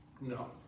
No